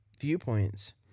viewpoints